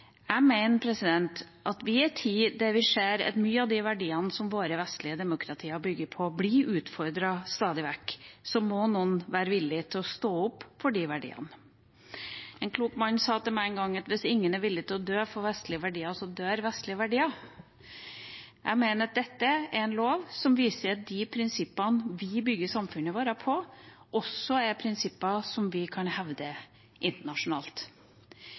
Jeg mener at i en tid da vi ser at mange av de verdiene som våre vestlige demokratier bygger på, stadig vekk blir utfordret, må noen være villig til å stå opp for de verdiene. En klok mann sa til meg en gang at hvis ingen er villig til å dø for vestlige verdier, dør vestlige verdier. Jeg mener at dette er en lov som viser at de prinsippene vi bygger samfunnet vårt på, også er prinsipper vi kan hevde internasjonalt.